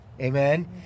Amen